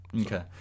Okay